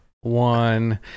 One